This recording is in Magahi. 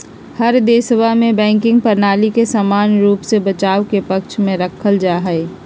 हर देशवा में बैंकिंग प्रणाली के समान रूप से बचाव के पक्ष में रखल जाहई